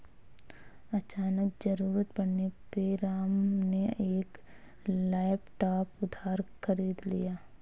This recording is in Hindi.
अचानक ज़रूरत पड़ने पे राम ने एक लैपटॉप उधार खरीद लिया